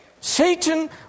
Satan